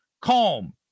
calm